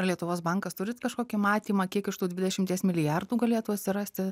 ar lietuvos bankas turit kažkokį matymą kiek iš tų dvidešimties milijardų galėtų atsirasti